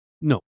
No